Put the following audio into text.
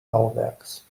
bauwerkes